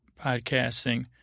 podcasting